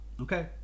okay